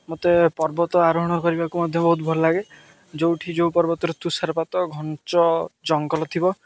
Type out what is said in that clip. ମୋତେ ପର୍ବତ ଆରୋହଣ କରିବାକୁ ମଧ୍ୟ ବହୁତ ଭଲ ଲାଗେ ଯେଉଁଠି ଯେଉଁ ପର୍ବତରେ ତୁଷାରପାତ ଘଞ୍ଚ ଜଙ୍ଗଲ ଥିବ